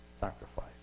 sacrifice